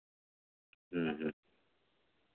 ᱦᱮᱸ ᱦᱮᱸ